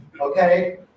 okay